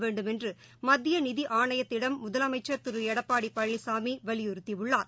வேண்டுமென்று மத்திய நிதி ஆணையத்திடம் முதலமைச்சர் திரு எடப்பாடி பழனிசாமி வலிபுறுத்தியுள்ளார்